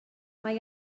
mae